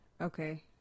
Okay